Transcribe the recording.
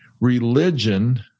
religion